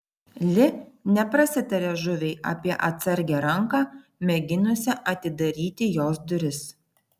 li neprasitarė žuviai apie atsargią ranką mėginusią atidaryti jos duris